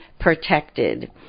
protected